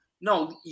no